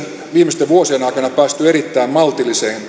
viimeisten vuosien aikana päässeet erittäin maltilliseen